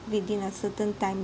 within a certain time